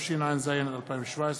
התשע"ז 2017,